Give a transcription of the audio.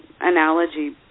analogy